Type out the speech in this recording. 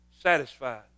Satisfied